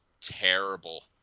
terrible